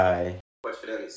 Bye